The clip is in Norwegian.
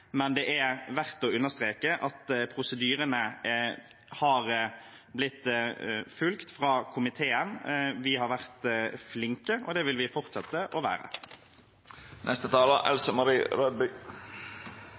Det er verdt å understreke at prosedyrene har blitt fulgt fra komiteen. Vi har vært flinke, og det vil vi fortsette å